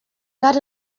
got